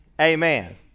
amen